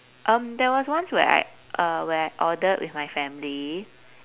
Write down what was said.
um there was once where I uh where I ordered with my family